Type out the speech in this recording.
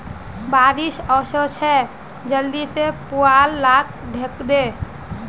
बारिश ओशो छे जल्दी से पुवाल लाक ढके दे